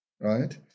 right